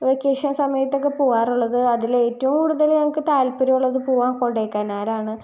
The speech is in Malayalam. വെക്കേഷൻ സമയത്തൊക്കെ പോവാറുള്ളത് അതിൽ ഏറ്റവും കൂടുതൽ ഞങ്ങൾക്ക് താൽപര്യമുള്ളത് പോവാൻ കൊടൈക്കനാലാണ്